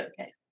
okay